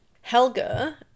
Helga